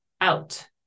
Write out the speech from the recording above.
out